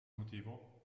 motivo